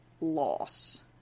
loss